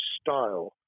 style